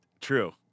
True